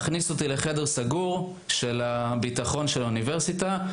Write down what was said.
ומכניס אותי לחדר סגור של הביטחון של האוניברסיטה.